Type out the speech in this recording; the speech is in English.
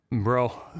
Bro